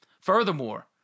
furthermore